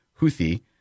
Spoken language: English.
Houthi